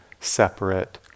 separate